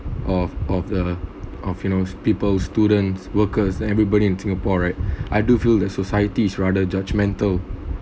of of the of you know peoples students workers everybody in singapore right I do feel that society is rather judgemental